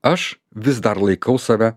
aš vis dar laikau save